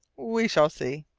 we shall see.